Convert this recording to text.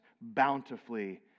bountifully